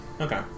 okay